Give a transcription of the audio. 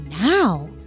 now